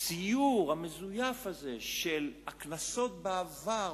הציור המזויף הזה של הכנסות בעבר,